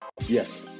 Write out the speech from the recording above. yes